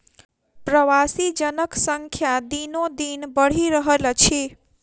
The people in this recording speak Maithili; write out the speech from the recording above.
प्रवासी जनक संख्या दिनोदिन बढ़ि रहल अछि